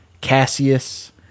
Cassius